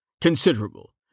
Considerable